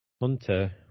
Hunter